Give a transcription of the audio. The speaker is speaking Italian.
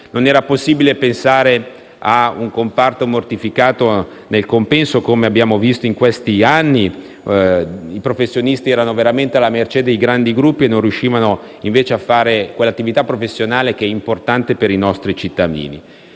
Non era possibile pensare a un comparto mortificato nel compenso. Come abbiamo visto negli ultimi anni, i professionisti erano veramente alla mercé dei grandi gruppi e non riuscivano a fare quell'attività professionale che è importante per i nostri cittadini.